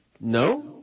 No